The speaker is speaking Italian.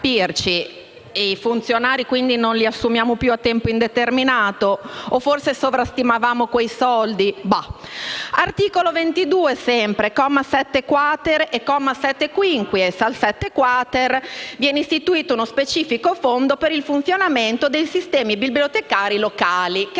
i funzionari non li assumiamo più a tempo indeterminato o forse sovrastimavamo quei soldi? Bah. Sempre articolo 22, commi 7*-quater* e 7-*quinquies*: al comma 7-*quater* viene istituito uno specifico fondo per il funzionamento dei sistemi bibliotecari locali. Che bello! Valorizziamo